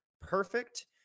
Perfect